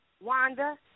Wanda